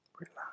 relax